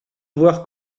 voir